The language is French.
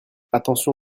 attention